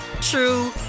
true